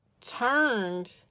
turned